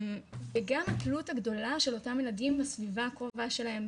וגם התלות הגדולה של אותם ילדים בסביבה הקרובה שלהם,